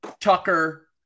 Tucker